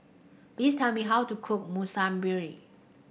please tell me how to cook Monsunabe